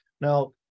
Now